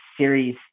series